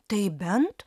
tai bent